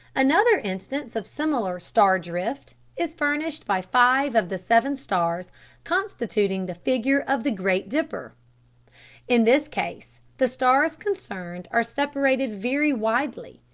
another instance of similar star-drift' is furnished by five of the seven stars constituting the figure of the great dipper in this case the stars concerned are separated very widely,